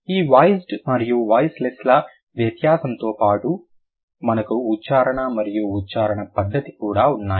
ఈ వాయిస్డ్ మరియు వాయిసెలెస్ ల వ్యత్యాసంతో పాటు మనకు ఉచ్చారణ మరియు ఉచ్చారణ పద్ధతి కూడా ఉన్నాయి